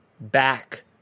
Back